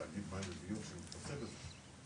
תאגיד מים וביוב שמתמחה בזה,